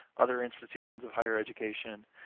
other institutions of higher education,